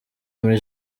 muri